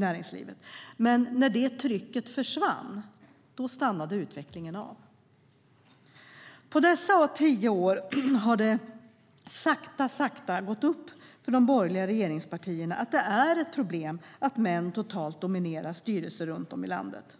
näringslivet. Men när det trycket försvann stannade utvecklingen av. Under dessa tio år har det sakta gått upp för de borgerliga regeringspartierna att det är ett problem att män totalt dominerar styrelser runt om i landet.